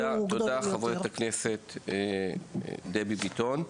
תודה, חברת הכנסת דבי ביטון.